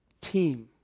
team